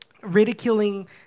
ridiculing